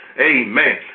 Amen